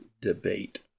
debate